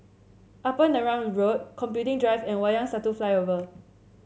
Upper Neram Road Computing Drive and Wayang Satu Flyover